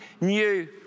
new